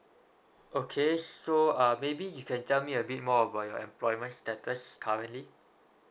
okay so uh maybe you can tell me a bit more about your employments status currently